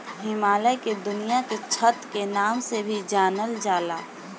हिमालय के दुनिया के छत के नाम से भी जानल जाला